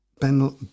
Ben